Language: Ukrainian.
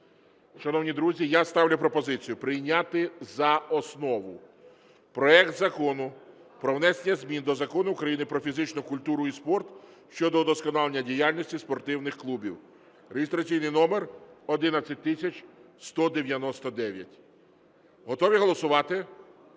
Шановні друзі, я ставлю пропозицію прийняти за основу проект Закону про внесення змін до Закону України "Про фізичну культуру і спорт" щодо удосконалення діяльності спортивних клубів (реєстраційний номер 11199). Готові голосувати?